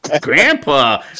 Grandpa